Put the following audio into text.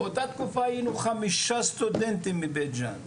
באותה תקופה היינו חמישה סטודנטים מבית ג'אן,